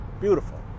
beautiful